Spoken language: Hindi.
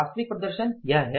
वास्तविक प्रदर्शन यह है